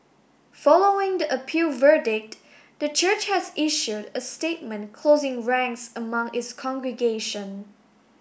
following the appeal verdict the church has issued a statement closing ranks among its congregation